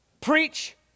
Preach